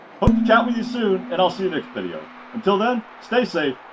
hope to chat with you soon and i'll see you next video. until then, stay safe,